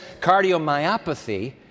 cardiomyopathy